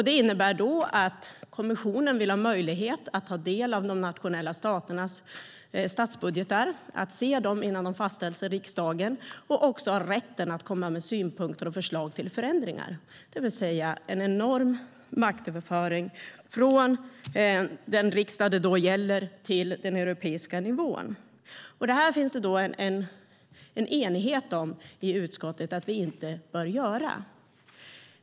Det innebär att kommissionen vill ha möjlighet att ta del av de nationella staternas statsbudgetar, att se dem innan de fastställs i riksdagen, och ha rätten att komma med synpunkter och förslag till förändringar. Det är en enorm maktöverföring från den riksdag det gäller till den europeiska nivån. I utskottet finns det en enighet om att vi inte bör göra det här.